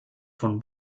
von